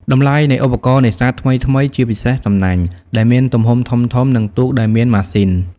តម្លៃនៃឧបករណ៍នេសាទថ្មីៗ ជាពិសេសសំណាញ់ដែលមានទំហំធំៗ និងទូកដែលមានម៉ាស៊ីន។